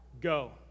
go